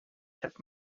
took